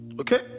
Okay